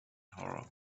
horror